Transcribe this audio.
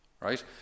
Right